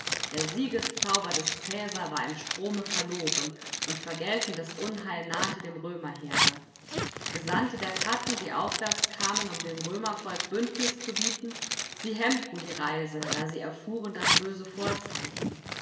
der siegeszauber des cäsar war im strome verloren und vergeltendes unheil nahte dem römerheere gesandte der katten die aufwärts kamen um dem römervolk bündnis zu bieten sie hemmten die reise da sie erfuhren das böse vorzeichen